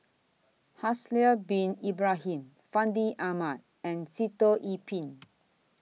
Haslir Bin Ibrahim Fandi Ahmad and Sitoh Yih Pin